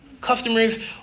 Customers